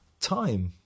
time